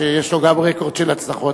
שיש לו גם רקורד של הצלחות,